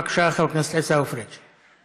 בבקשה, חבר הכנסת עיסאווי פריג'.